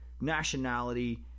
nationality